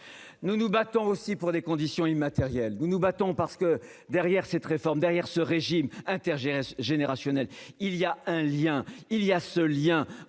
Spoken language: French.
Nous nous battons aussi pour des conditions immatériel. Nous nous battons, parce que derrière cette réforme, derrière ce régime Inter générationnel. Il y a un lien. Il y a ce lien